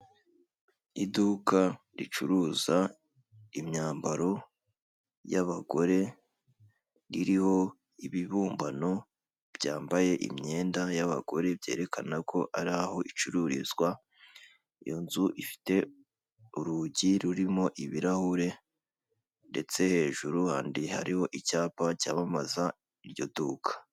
Iduka ricuruza imyambaro y'abagore ririho ibibumbano byambaye imyenda y'abagore byerekana ko ari aho icururizwa. Iyo nzu ifite urugi rurimo ibirahure ndetse hejuru han hariho icyapa cyamamaza iryo duka.